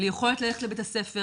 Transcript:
בלי יכולת ללכת לבית הספר